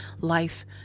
life